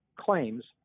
claims